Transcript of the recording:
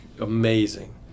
amazing